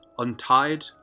Untied